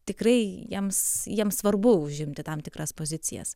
tikrai jiems jiems svarbu užimti tam tikras pozicijas